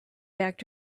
back